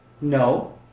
no